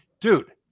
dude